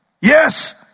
yes